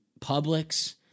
Publix